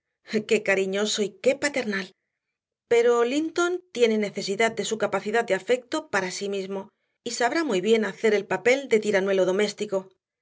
qué cariñoso y qué paternal pero linton tiene necesidad de su capacidad de afecto para sí mismo y sabrá muy bien hacer el papel de tiranuelo doméstico